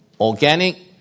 Organic